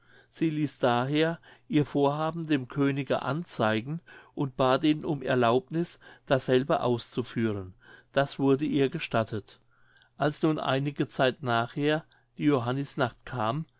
sie ließ daher ihr vorhaben dem könige anzeigen und bat ihn um erlaubniß dasselbe auszuführen das wurde ihr gestattet als nun einige zeit nachher die johannisnacht kam